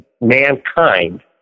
mankind